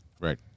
Right